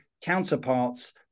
Counterparts